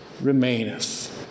remaineth